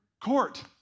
court